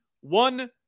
One